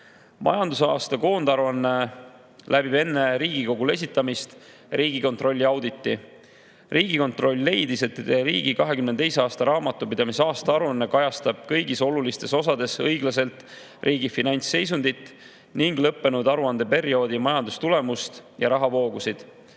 Majandusaasta koondaruanne läbib enne Riigikogule esitamist Riigikontrolli auditi. Riigikontroll leidis, et riigi 2022. aasta raamatupidamise aastaaruanne kajastab kõigis olulistes osades õiglaselt riigi finantsseisundit ning lõppenud aruandeperioodi majandustulemust ja rahavoogusid,